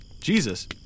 Jesus